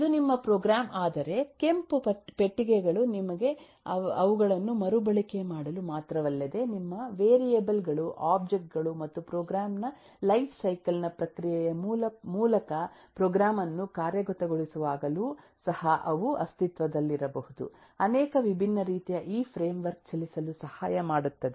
ಇದು ನಿಮ್ಮ ಪ್ರೋಗ್ರಾಂ ಆದರೆ ಕೆಂಪು ಪೆಟ್ಟಿಗೆಗಳು ನಿಮಗೆ ಅವುಗಳನ್ನು ಮರುಬಳಕೆ ಮಾಡಲು ಮಾತ್ರವಲ್ಲದೆ ನಿಮ್ಮ ವೇರಿಯೇಬಲ್ ಗಳು ಒಬ್ಜೆಕ್ಟ್ ಗಳು ಮತ್ತು ಪ್ರೋಗ್ರಾಂ ನ ಲೈಫ್ ಸೈಕಲ್ ನ ಪ್ರಕ್ರಿಯೆಯ ಮೂಲಕ ಪ್ರೋಗ್ರಾಂ ಅನ್ನು ಕಾರ್ಯಗತಗೊಳಿಸುವಾಗಲೂ ಸಹ ಅವು ಅಸ್ತಿತ್ವದಲ್ಲಿರಬಹುದು ಅನೇಕ ವಿಭಿನ್ನ ರೀತಿಯಲ್ಲಿ ಈ ಫ್ರೇಮ್ ವರ್ಕ್ ಚಲಿಸಲು ಸಹಾಯ ಮಾಡುತ್ತದೆ